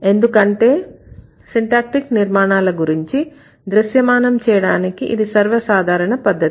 ఎందుకంటే సిన్టాక్టీక్ నిర్మాణాల గురించి దృశ్యమానం చేయడానికి ఇది సర్వసాధారణ పద్ధతి